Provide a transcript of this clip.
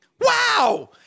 Wow